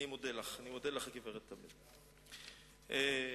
אני מודה לך, הגברת תמיר, היושבת-ראש.